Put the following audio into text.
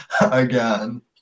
again